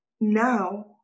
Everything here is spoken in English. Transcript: now